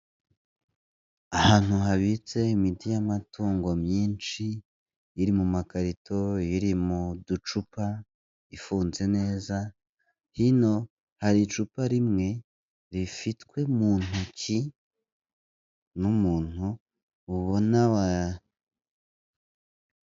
Ahantu habitse imiti y'amatungo myinshi iri mu makarito, iri mu ducupa ifunze neza, hino hari icupa rimwe rifitwe mu ntoki n'umuntu ubona wa.